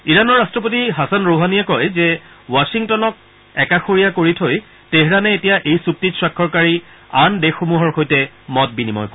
ইৰাণৰ ৰট্টপতি হাছান ৰৌহানীয়ে কয় যে ৱাখিংটনক একাষৰীয়া কৰি থৈ টেহৰাণে এতিয়া এই চুক্তিত স্বাক্ষৰকাৰী আন দেশসমূহৰ সৈতে মত বিনিময় কৰিব